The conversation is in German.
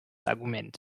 argument